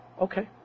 okay